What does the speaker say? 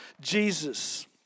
Jesus